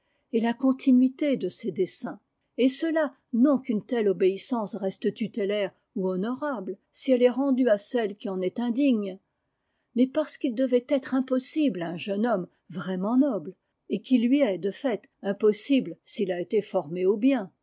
et la continuité de ses desseins et cela non qu'une telle obéissance reste tutélaire ou honorable si elle est rendue à celle qui en est indigne mais parce qu'il devrait être impossible à un jeune homme vraiment noble et qu'il lui est de fait impossible s'il a été formé au bien